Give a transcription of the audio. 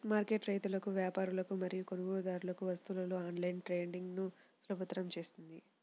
market రైతులకు, వ్యాపారులకు మరియు కొనుగోలుదారులకు వస్తువులలో ఆన్లైన్ ట్రేడింగ్ను సులభతరం చేస్తుంది